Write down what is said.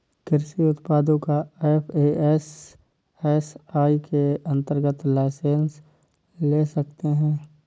कृषि उत्पादों का एफ.ए.एस.एस.आई के अंतर्गत लाइसेंस ले सकते हैं